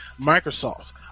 Microsoft